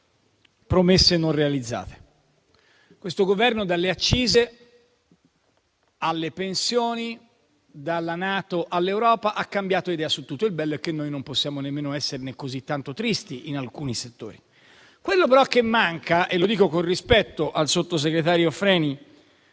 promesse non realizzate. Questo Governo, dalle accise alle pensioni, dalla NATO all'Europa, ha cambiato idea su tutto; il bello è che noi non possiamo nemmeno esserne così tanto tristi in alcuni settori. Quello però che manca - e lo dico con rispetto al sottosegretario Freni,